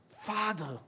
Father